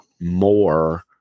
more